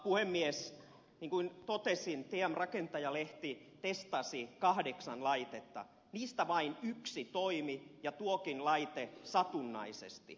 niin kuin totesin tm rakennusmaailma lehti testasi kahdeksan laitetta niistä vain yksi toimi ja tuokin laite satunnaisesti